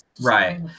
right